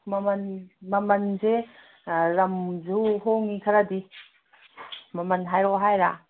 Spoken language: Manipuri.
ꯃꯃꯟꯁꯦ ꯔꯝꯁꯨ ꯍꯣꯡꯉꯤ ꯈꯔꯗꯤ ꯃꯃꯟ ꯍꯥꯏꯔꯛꯑꯣ ꯍꯥꯏꯔ